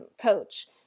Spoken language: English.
coach